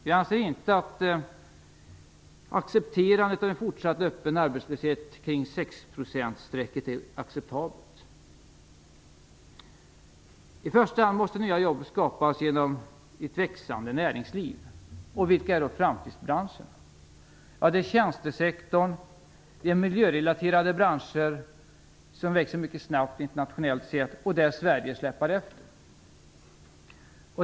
Vi anser att det inte är acceptabelt med en fortsatt öppen arbetslöshet kring I första hand måste nya jobb skapas genom ett växande näringsliv. Och vilka är då framtidsbranscherna? Ja, det är tjänstesektorn och miljörelaterade branscher, som växer mycket snabbt internationellt sett och där Sverige släpar efter.